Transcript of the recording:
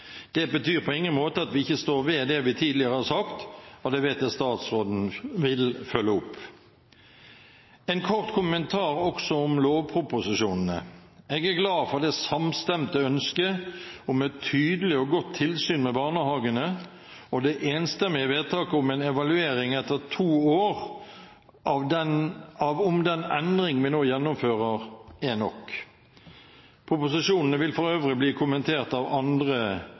Det betyr på ingen måte at vi ikke står ved det vi tidligere har sagt, og det vet jeg statsråden vil følge opp. En kort kommentar også til lovproposisjonene: Jeg er glad for det samstemte ønsket om et tydelig og godt tilsyn med barnehagene og for det enstemmige vedtaket om en evaluering etter to år av om den endringen vi nå gjennomfører, er nok. Proposisjonene vil for øvrig bli kommentert av andre